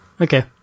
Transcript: Okay